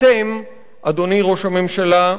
אתם, אדוני ראש הממשלה,